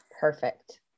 Perfect